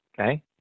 okay